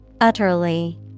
Utterly